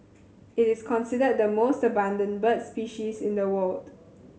it is considered the most abundant bird species in the world